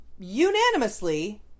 unanimously